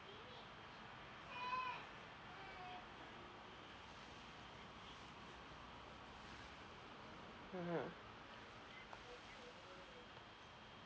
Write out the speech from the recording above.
mmhmm